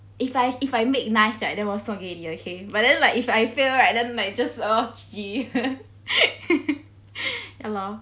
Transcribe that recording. if I if I make nice right then 我送给你 okay but then if I fail right then like orh G_G ya lor